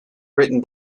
written